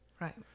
Right